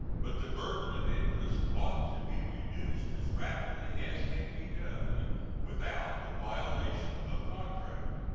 but the burden of interest ought to be reduced as rapidly as can be done without the violation of contract.